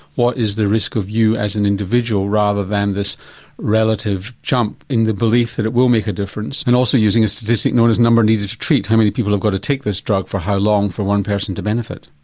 what is the risk of you as an individual rather than this relative jump in the belief that it will make a difference and also using a statistic known as number needed to treat, how many people have got to take this drug for how long for one person to benefit.